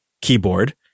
keyboard